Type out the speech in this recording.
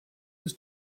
his